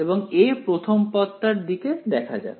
এখন a প্রথম পদটার দিকে দেখা যাক